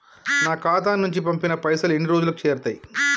నా ఖాతా నుంచి పంపిన పైసలు ఎన్ని రోజులకు చేరుతయ్?